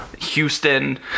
houston